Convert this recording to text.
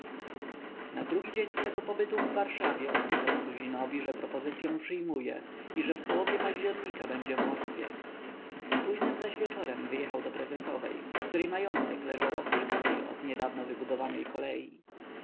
na drugi dzień swego pobytu w warszawie odpisał suzinowi że propozycyą przyjmuje i że w połowie października będzie w moskwie późnym zaś wieczorem wyjechał do prezesowej której majątek leżał o kilka mil od niedawno wybudowanej kolei